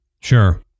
Sure